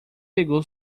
pegou